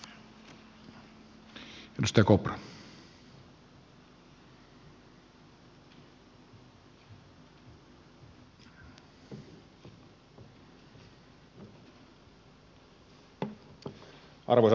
arvoisa puhemies